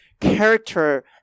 character